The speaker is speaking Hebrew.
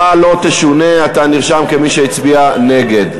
נרשם כמי שהצביע נגד.